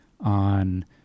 on